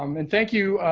um and thank you,